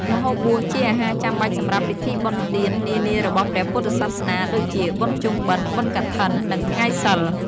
ម្ហូបបួសជាអាហារចាំបាច់សម្រាប់ពិធីបុណ្យទាន នានារបស់ព្រះពុទ្ធសាសនា ដូចជា បុណ្យភ្ជុំបិណ្ឌ បុណ្យកឋិន និងថ្ងៃសីល។